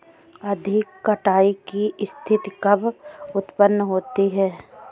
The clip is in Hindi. अधिक कटाई की स्थिति कब उतपन्न होती है?